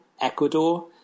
Ecuador